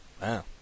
Wow